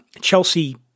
Chelsea